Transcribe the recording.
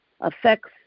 affects